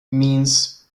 means